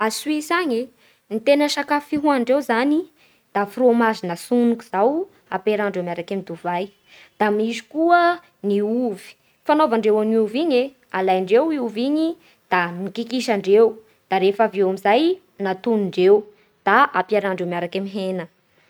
A Suisse agny e ny tena sakafo fihohanindreo zany da frômazy natsoniky izao ampiarahindreo miaraky amin'ny divay. Da misy koa ny ovy, fanaovandreo an'i ovy igny e: alaindreo i ovy igny da kikisandreo da refaveo amin'izay natonondreo da ampiaraha miaraky amin'ny hena.